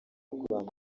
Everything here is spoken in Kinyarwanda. rwanda